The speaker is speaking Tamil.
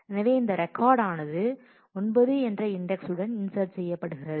எனவே இந்த ரெக்கார்ட் ஆனது 9 என்ற இன்டெக்ஸ் உடன் இன்சர்ட் செய்யப்படுகிறது